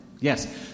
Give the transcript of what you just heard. yes